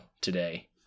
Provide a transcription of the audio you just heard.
today